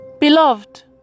Beloved